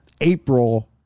April